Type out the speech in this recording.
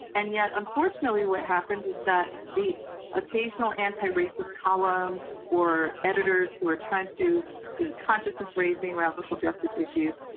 and yet unfortunately what happens is that the occasional anti-racist column or editors who are trying to do a consciousness-raising around social justice issues,